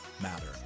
matter